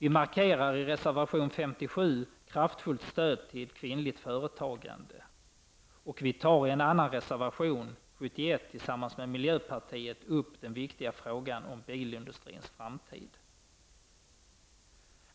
I reservation 57 markerar vi ett kraftfullt stöd till kvinnligt företagande. I en annan reservation, nr 71, tar vi tillsammans med miljöpartiet upp den viktiga frågan om bilindustrins framtid.